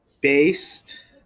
based